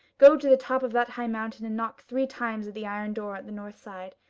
go to the top of that high mountain and knock three times at the iron door at the north side,